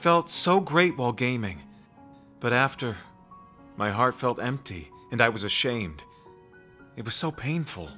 felt so great while gaming but after my heart felt empty and i was ashamed it was so painful